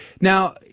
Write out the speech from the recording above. now